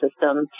system